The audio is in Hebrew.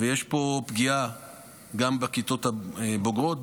יש פה פגיעה גם בכיתות הבוגרות,